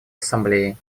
ассамблеей